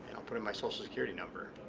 i'll put in my social security number.